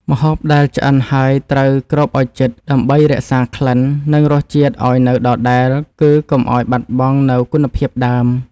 ម្ហូបដែលឆ្អិនហើយត្រូវគ្របឱ្យជិត ដើម្បីរក្សាក្លិន និងរសជាតិឱ្យនៅដដែល គឺកុំឱ្យបាត់បង់នូវគុណភាពដើម។